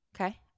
Okay